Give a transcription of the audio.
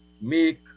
make